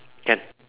can